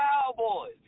Cowboys